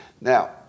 Now